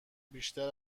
بیشتر